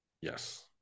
Yes